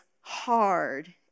hard